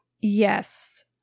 yes